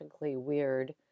weird